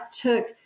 took